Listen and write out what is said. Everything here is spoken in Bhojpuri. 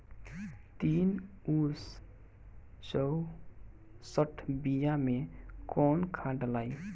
तीन सउ चउसठ बिया मे कौन खाद दलाई?